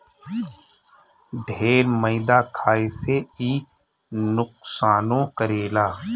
ढेर मैदा खाए से इ नुकसानो करेला